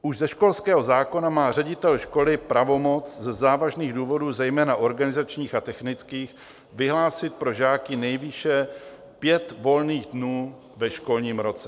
Už ze školského zákona má ředitel školy pravomoc ze závažných důvodů, zejména organizačních a technických, vyhlásit pro žáky nejvýše pět volných dnů ve školním roce.